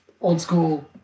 old-school